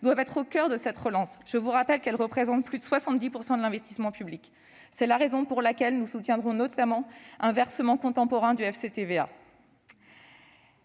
doivent être au coeur de cette relance- je vous rappelle qu'elles représentent plus de 70 % de l'investissement public. C'est la raison pour laquelle nous soutiendrons notamment un versement contemporain des